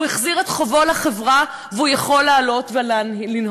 הוא החזיר את חובו לחברה והוא יכול לעלות ולנהוג.